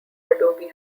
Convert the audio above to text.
adobe